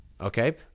okay